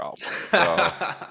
problem